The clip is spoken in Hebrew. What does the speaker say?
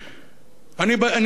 אני רגוע לגמרי,